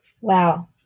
Wow